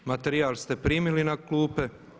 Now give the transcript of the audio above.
Materijal ste primili na klupe.